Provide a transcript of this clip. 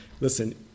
Listen